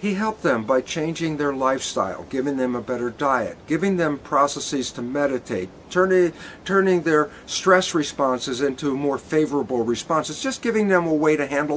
he helped them by changing their lifestyle giving them a better diet giving them processes to meditate turning turning their stress responses into more favorable responses just giving them a way to handle